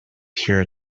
here